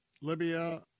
Libya